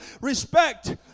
respect